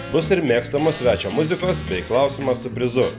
bus ir mėgstamas svečio muzikos bei klausimas su prizu